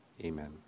Amen